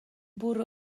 bwrw